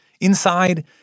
Inside